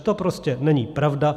To prostě není pravda.